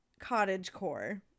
cottagecore